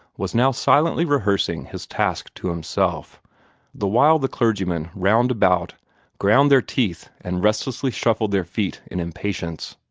was now silently rehearsing his task to himself the while the clergymen round about ground their teeth and restlessly shuffled their feet in impatience.